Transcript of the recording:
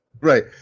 Right